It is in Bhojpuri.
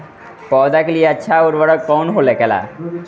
पौधा के लिए अच्छा उर्वरक कउन होखेला?